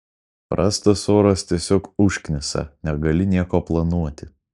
prastas oras tiesiog užknisa negali nieko planuoti